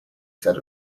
said